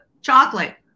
Chocolate